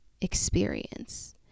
experience